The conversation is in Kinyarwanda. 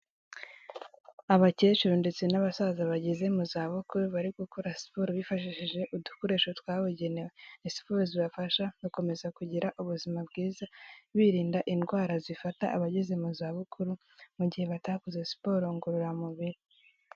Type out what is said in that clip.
Abakecuru ndetse n'abasaza bageze mu zabukuru bari gukora siporo bifashishije udukoresho twabugenewe. Siporo zibafasha gukomeza kugira ubuzima bwiza birinda indwara zifata abageze mu zabukuru mu gihe batakoze siporo ngororamubiri.